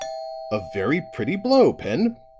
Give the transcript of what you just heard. a very pretty blow, pen,